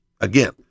again